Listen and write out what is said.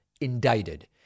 indicted